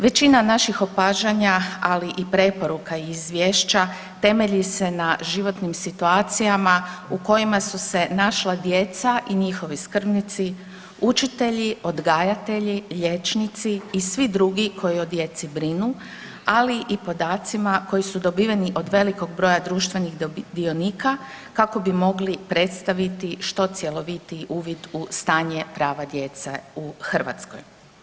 Većina naših opažanja, ali i preporuka i izvješća, temelji se na životnim situacijama u kojima su se našla djeca i njihovi skrbnici, učitelji, odgajatelji, liječnici i svi drugi koji o djeci brinu, ali i podacima koji su dobiveni od velikog broja društvenih dionika kako bi mogli predstaviti što cjelovitiji uvid u stanje prava djece u Hrvatskoj.